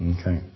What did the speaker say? Okay